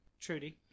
Trudy